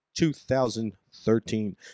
2013